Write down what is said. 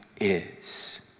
is